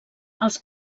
als